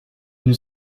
nous